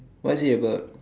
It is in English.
what is it about